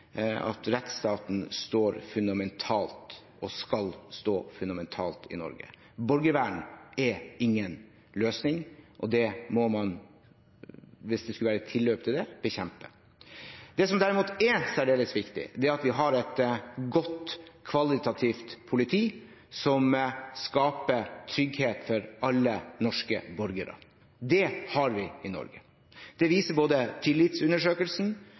at rettsstaten er fundamental og skal være fundamental i Norge. Borgervern er ingen løsning, og det må man, hvis det skulle være tilløp til det, bekjempe. Det som derimot er særdeles viktig, er at vi har et kvalitativt godt politi som skaper trygghet for alle norske borgere. Det har vi i Norge. Det viser tillitsundersøkelsen,